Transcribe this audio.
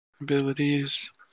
abilities